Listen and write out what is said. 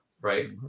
right